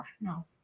no